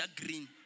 green